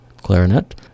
clarinet